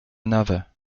another